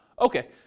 okay